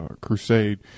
Crusade